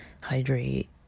hydrate